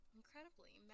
incredibly